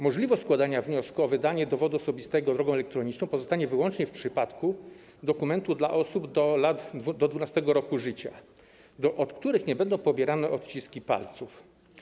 Możliwość składania wniosku o wydanie dowodu osobistego drogą elektroniczną pozostanie wyłącznie w przypadku dokumentu dla osób do 12 r. ż., od których nie będą pobierane odciski palców.